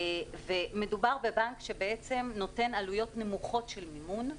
מדובר בבנק שנותן עלויות נמוכות של מימון.